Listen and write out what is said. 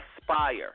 Aspire